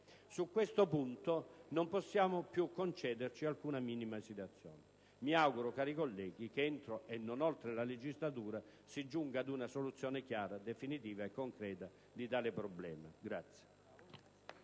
Su questo punto non possiamo più concederci alcuna minima esitazione. Mi auguro quindi, cari colleghi, che entro e non oltre la legislatura si giunga ad una soluzione chiara, definitiva e concreta di tale problema.